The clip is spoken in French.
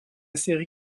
série